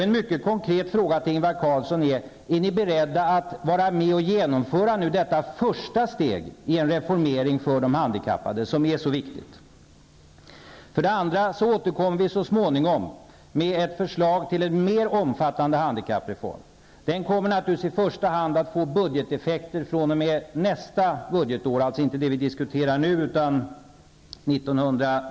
En mycket konkret fråga till Ingvar Carlsson är: Är ni beredda att nu vara med och genomföra detta första steg i en reformering för de handikappade som är så viktig? För det andra återkommer vi så småningom med ett förslag till en mer omfattande handikappreform. Den kommer naturligtvis i första hand att få budgeteffekter fr.o.m. nästa budgetår, alltså inte det år som vi nu diskuterar utan 1993/94.